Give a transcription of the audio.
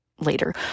later